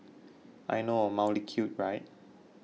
I know mildly cute right